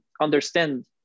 understand